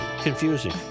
confusing